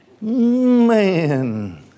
man